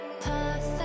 Perfect